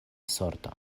sorto